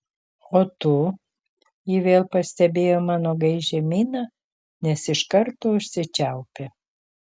o tu ji vėl pastebėjo mano gaižią miną nes iš karto užsičiaupė